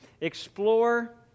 Explore